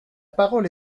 parole